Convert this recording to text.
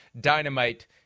dynamite